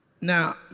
Now